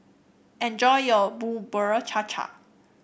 enjoy your Bubur Cha Cha